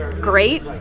great